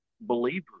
believers